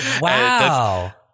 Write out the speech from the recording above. Wow